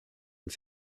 und